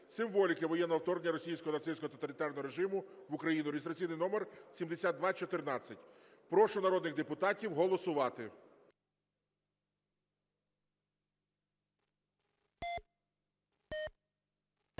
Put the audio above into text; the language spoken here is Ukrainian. символіки воєнного вторгнення російського нацистського тоталітарного режиму в Україну" (реєстраційний номер 7214). Прошу народних депутатів голосувати.